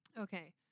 okay